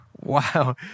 wow